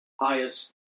highest